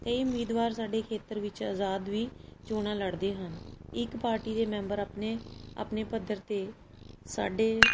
ਕਈ ਉਮੀਦਵਾਰ ਸਾਡੇ ਖੇਤਰ ਵਿੱਚ ਆਜ਼ਾਦ ਵੀ ਚੋਣਾਂ ਲੜਦੇ ਹਨ ਇੱਕ ਪਾਰਟੀ ਦੇ ਮੈਂਬਰ ਆਪਣੇ ਆਪਣੇ ਪੱਧਰ 'ਤੇ ਸਾਡੇ